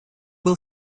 был